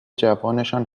جوانشان